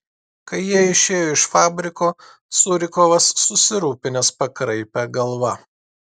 kai jie išėjo iš fabriko curikovas susirūpinęs pakraipė galva